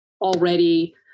already